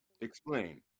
Explain